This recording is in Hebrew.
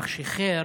כך שח'יר,